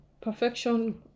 perfection